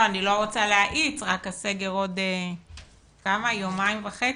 אני לא רוצה להאיץ, רק הסגר עוד יומיים וחצי.